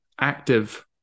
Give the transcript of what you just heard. active